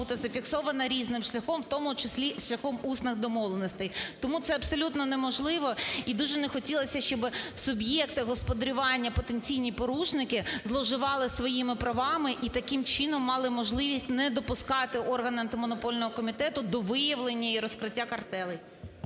бути зафіксована різним шляхом, у тому числі шляхом усних домовленостей. Тому це абсолютно неможливо і дуже не хотілося б, щоб суб'єкти господарювання, потенційні порушники зловживали своїми правами і таким чином мали можливість не допускати органи Антимонопольного комітету до виявлення і розкриття картелей.